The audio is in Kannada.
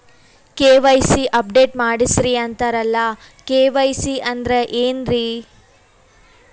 ಕೆ.ವೈ.ಸಿ ಅಪಡೇಟ ಮಾಡಸ್ರೀ ಅಂತರಲ್ಲ ಕೆ.ವೈ.ಸಿ ಅಂದ್ರ ಏನ್ರೀ?